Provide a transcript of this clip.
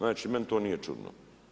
Znači meni to nije čudno.